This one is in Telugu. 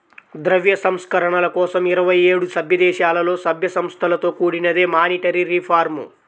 ద్రవ్య సంస్కరణల కోసం ఇరవై ఏడు సభ్యదేశాలలో, సభ్య సంస్థలతో కూడినదే మానిటరీ రిఫార్మ్